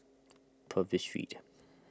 Purvis Street